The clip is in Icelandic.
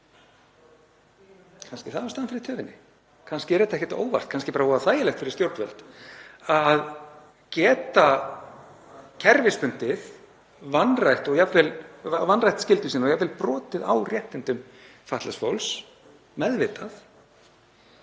Kannski er það ástæðan fyrir töfinni. Kannski er þetta ekkert óvart, kannski er það bara voða þægilegt fyrir stjórnvöld að geta kerfisbundið vanrækt skyldur sínar, jafnvel brotið á réttindum fatlaðs fólks meðvitað